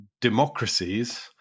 democracies